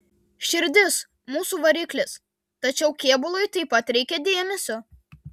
širdis mūsų variklis tačiau kėbului taip pat reikia dėmesio